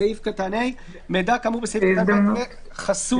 סעיף קטן (ה): "מידע כאמור בסעיף קטן (ב) יהיה חסוי"